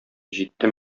җитте